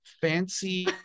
fancy